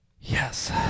Yes